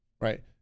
Right